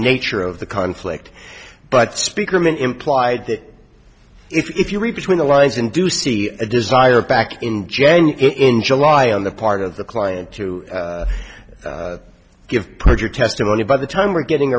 nature of the conflict but speaker meant implied that if you read between the lines and do see a desire back in january in july on the part of the client to give perjured testimony by the time we're getting